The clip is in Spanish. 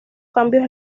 cambios